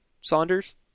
Saunders